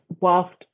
whilst